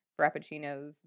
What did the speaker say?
frappuccinos